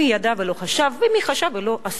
מי ידע ולא חשב ומי חשב ולא עשה.